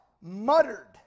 muttered